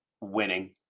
winning